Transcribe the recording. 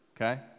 okay